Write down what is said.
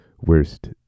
worst